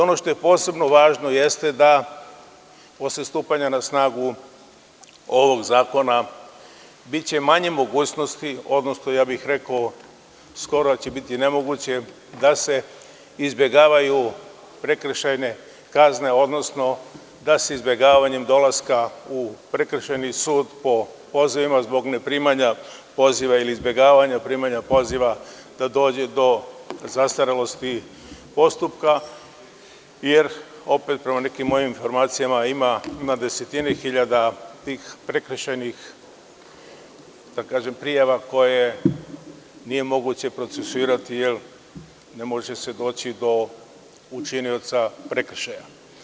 Ono što je posebno važno jeste da posle stupanja na snagu ovog zakona biće manje mogućnosti, odnosno rekao bih da će skoro biti nemoguće da se izbegavaju prekršajne kazne, odnosno da se izbegavanje dolaska u prekršajni sud po pozivima, zbog ne primanja poziva ili izbegavanja primanja poziva, dođe do zastarelosti postupka, jer opet, prema nekim mojim informacijama, ima desetine hiljada tih prekršajnih prijava koje nije moguće procesuirati jer ne može se doći do učinioca prekršaja.